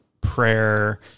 prayer